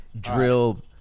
drill